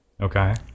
Okay